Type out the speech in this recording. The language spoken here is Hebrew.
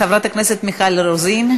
חברת הכנסת מיכל רוזין.